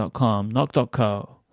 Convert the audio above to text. knock.co